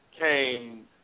came